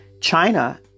China